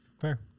Fair